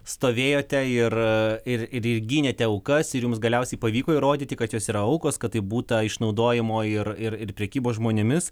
stovėjote ir ir ir gynėte aukas ir jums galiausiai pavyko įrodyti kad jos yra aukos kad taip būta išnaudojimo ir ir prekybos žmonėmis